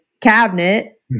cabinet